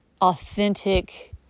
authentic